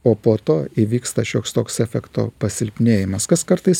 o po to įvyksta šioks toks efekto pasilpnėjimas kas kartais